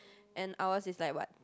and ours is like what